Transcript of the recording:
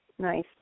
Nice